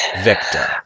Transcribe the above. Victor